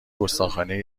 گستاخانهی